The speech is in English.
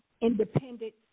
independent